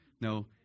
no